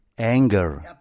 Anger